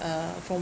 uh from